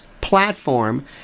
platform